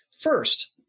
First